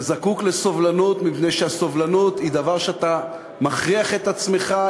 אתה זקוק לסובלנות מפני שהסובלנות היא דבר שאתה מכריח את עצמך,